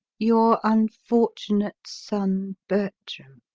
your unfortunate son, bertram